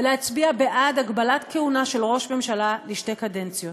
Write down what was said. ולהצביע בעד הגבלת כהונה של ראש ממשלה לשתי קדנציות.